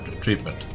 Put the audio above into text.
treatment